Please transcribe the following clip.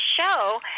show